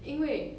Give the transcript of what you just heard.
因为